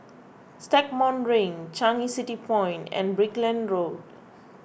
Stagmont Ring Changi City Point and Brickland Road